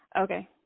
Okay